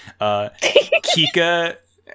Kika